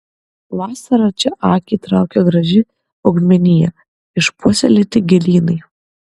vasarą čia akį traukia graži augmenija išpuoselėti gėlynai